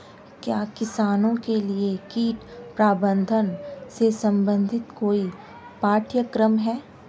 क्या किसानों के लिए कीट प्रबंधन से संबंधित कोई पाठ्यक्रम है?